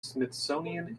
smithsonian